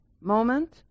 moment